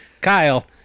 Kyle